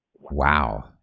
Wow